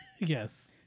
Yes